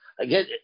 Again